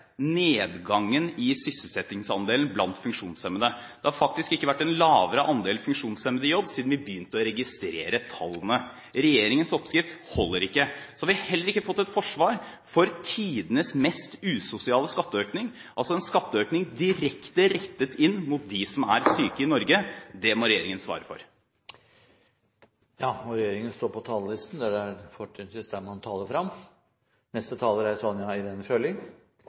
nedgangen i sysselsettingsandelen blant funksjonshemmede. Det har faktisk ikke vært en lavere andel funksjonshemmede i jobb siden vi begynte å registrere tallene. Regjeringens oppskrift holder ikke. Vi har heller ikke fått et forsvar for tidenes mest usosiale skatteøkning, altså en skatteøkning direkte rettet inn mot dem som er syke i Norge – det må regjeringen svare for. Statsråden står på talerlisten. Det er fortrinnsvis talerstolen man taler